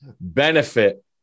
benefit